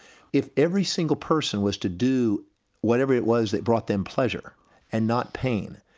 if every single person was to do whatever it was that brought them pleasure and not pain,